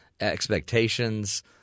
expectations